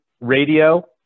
radio